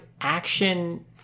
action